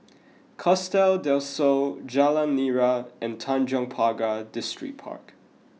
Costa del Sol Jalan Nira and Tanjong Pagar Distripark